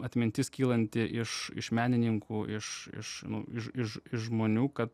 atmintis kylanti iš iš menininkų iš iš iš iš iš žmonių kad